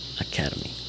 Academy